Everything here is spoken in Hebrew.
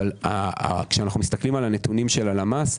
אבל כשמסתכלים על נתוני הלמ"ס,